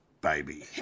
Baby